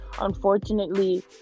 unfortunately